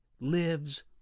lives